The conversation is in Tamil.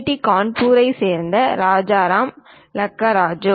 டி கரக்பூரைச் சேர்ந்த ராஜராம் லக்கராஜு